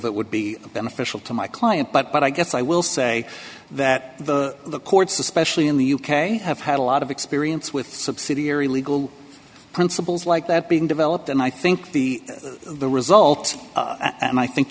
that would be beneficial to my client but i guess i will say that the courts especially in the u k have had a lot of experience with subsidiary legal principles like that being developed and i think the the result and i think